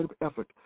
effort